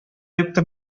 юктыр